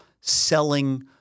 selling